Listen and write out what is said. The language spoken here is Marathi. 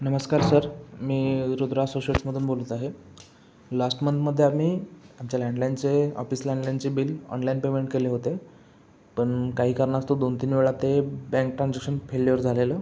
नमस्कार सर मी रुद्रा असोशियट्समधून बोलत आहे लास्ट मंथमध्ये आम्ही आमच्या लँडलाईनचे ऑफिस लँडलाईनचे बिल ऑनलाईन पेमेंट केले होते पण काही कारणास्तव दोन तीन वेळा ते बँक ट्रान्झॅक्शन फेल्युअर झालेलं